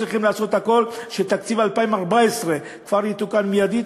צריכים לעשות הכול כדי שתקציב 2014 יתוקן מיידית,